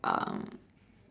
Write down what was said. um